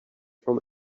from